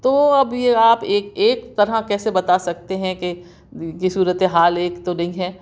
تو اب یہ آپ ایک ایک طرح کیسے بتا سکتے ہیں کہ یہ صورتِ حال ایک تو نہیں ہے